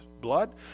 blood